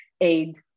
aid